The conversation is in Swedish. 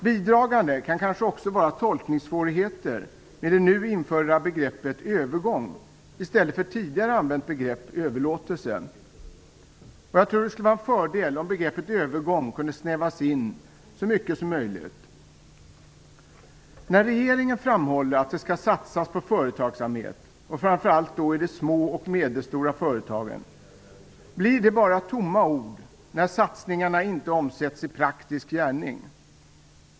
Bidragande kan kanske också vara tolkningssvårigheter med det nu införda begreppet "övergång" i stället för tidigare använt begrepp "överlåtelse". Det skulle vara en fördel om begreppet övergång kunde snävas in så mycket som möjligt. När regeringen framhåller att det skall satsas på företagsamhet, och framför allt då i de små och medelstora företagen, blir det bara tomma ord när satsningarna inte omsätts i praktisk handling.